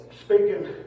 Speaking